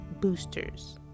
boosters